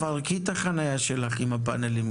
תפרקי את החנייה שלך עם הפאנלים,